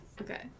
Okay